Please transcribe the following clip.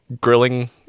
grilling